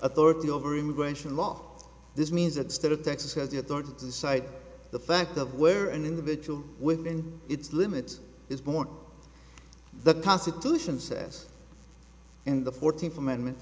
authority over immigration law this means that the state of texas has the authority to cite the fact of where an individual within its limit is born the constitution says in the fourteenth amendment